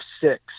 six